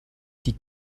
die